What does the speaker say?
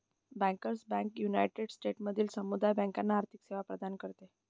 bankers bank united स्टेट्समधील समुदाय बँकांना आर्थिक सेवा प्रदान करते